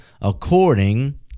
according